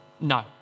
No